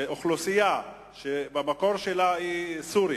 שאוכלוסייה שבמקור היא סורית,